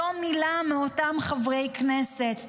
אף מילה מאותם חברי כנסת.